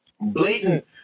Blatant